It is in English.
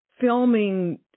filming